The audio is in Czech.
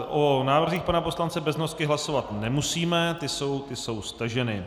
O návrzích pana poslance Beznosky hlasovat nemusíme, ty jsou staženy.